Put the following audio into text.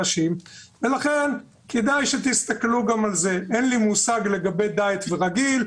לכן הבקשה שלי מחברי הוועדה